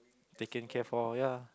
taken care for ya